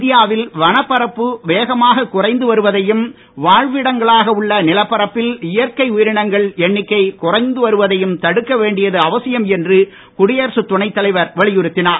இந்தியாவில் வன பரப்பு வேகமாக குறைந்து வருவதையும் வாழ்விடங்களாக உள்ள நிலப்பரப்பில் இயற்கை உயிரனங்களின் எண்ணிக்கை குறைந்துவருவதையும் தடுக்க வேண்டியது அவசியம் என்று குடியரசுத் துணைத் தலைவர் வலியுறுத்தினார்